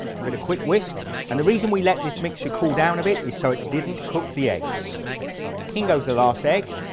give it a quick whisk and the reason we let this mixture cool down a bit is so it didn't cook the eggs in goes the last egg